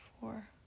four